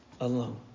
alone